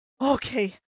Okay